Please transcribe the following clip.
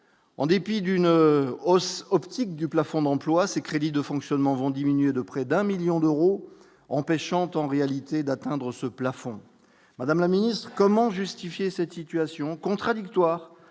en dépit d'une hausse optique du plafond d'emplois ces crédits de fonctionnement vont diminuer de près d'un 1000000 d'euros, empêchant tout en réalité d'atteindre ce plafond, Madame la Ministre, comment justifier cette situation